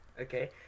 Okay